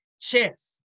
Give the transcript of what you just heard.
Chess